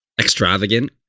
extravagant